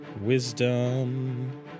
Wisdom